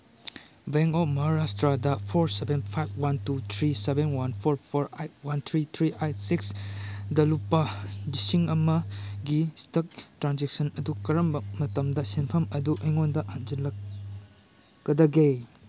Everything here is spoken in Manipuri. ꯕꯦꯡ ꯑꯣꯐ ꯃꯍꯥꯔꯥꯁꯇ꯭ꯔꯗ four seven five one two three seven one four four eight one three three eight ꯁꯤꯛꯁꯗ ꯂꯨꯄꯥ ꯂꯤꯁꯤꯡ ꯑꯃꯒꯤ ꯏꯁꯇꯛ ꯇ꯭ꯔꯥꯟꯖꯦꯛꯁꯟ ꯑꯗꯨ ꯀꯔꯝꯕ ꯝꯇꯝꯗ ꯁꯦꯟꯐꯝ ꯑꯗꯨ ꯑꯩꯉꯣꯟꯗ ꯍꯟꯖꯤꯜꯂꯛꯀꯗꯒꯦ